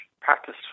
practice